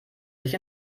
sich